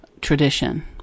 tradition